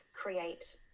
create